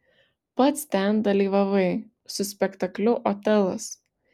pats ten dalyvavai su spektakliu otelas